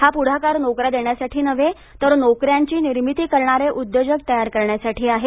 हा पुढाकार नोकऱ्या देण्यासाठी नव्हे तर नोकऱ्यांची निर्मिती करणारे उद्योजक तयार करण्यासाठी आहे